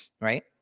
right